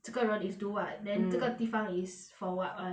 这个人 is do what mm then 这个地方 is for what [one]